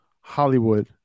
Hollywood